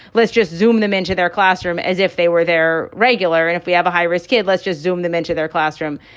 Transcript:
let's just zoom them into their classroom as if they were their regular. and if we have a high risk kid, let's just zoom them into their classroom.